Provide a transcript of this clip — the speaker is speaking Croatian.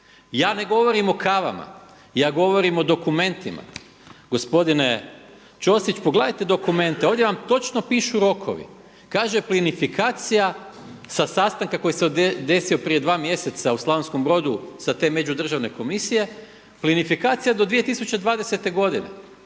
Ja ne govorim o kavama. Ja govorim o dokumentima. Gospodine Ćosić, pogledajte dokumente. Ovdje vam točno pišu rokovi. Kaže plinifikacija sa sastanka koji se desio prije dva mjeseca u Slavonskom Brodu sa te Međudržavne komisije, plinifikacija do 2020. godine.